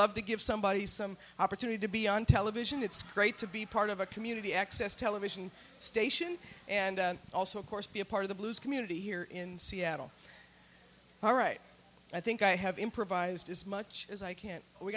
love to give somebody some opportunity to be on television it's great to be part of a community access television station and also of course be a part of the blues community here in seattle all right i think i have improvised as much as i can we